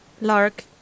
Lark